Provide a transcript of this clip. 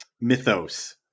mythos